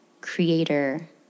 creator